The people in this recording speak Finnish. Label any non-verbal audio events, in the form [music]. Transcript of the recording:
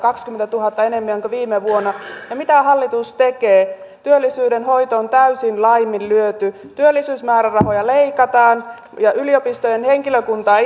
kahdenkymmenentuhannen enemmän kuin viime vuonna ja mitä hallitus tekee työllisyyden hoito on täysin laiminlyöty työllisyysmäärärahoja leikataan yliopistojen henkilökuntaa [unintelligible]